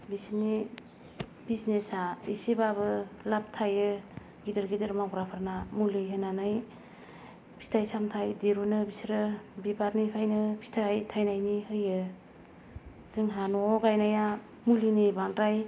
बिसोरनि बिजनेसआ एसेब्लाबो लाब थायो गिदिर गिदिर मावग्राफोरना मुलि होनानै फिथाय सामथाय दिरुनो बिसोरो बिबारनिफ्रायनो फिथाय थायनायनि होयो जोंहा न'आव गायनाया मुलिनि बांद्राय